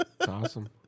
Awesome